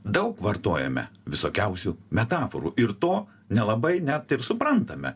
daug vartojame visokiausių metaforų ir to nelabai net ir suprantame